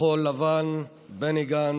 כחול לבן, בני גנץ,